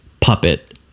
puppet